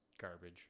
garbage